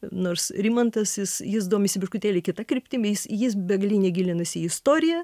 nors rimantas jis jis domisi biškutėlį kita kryptimi jis jis begaline gilinasi į istoriją